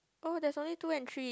oh there's only two and three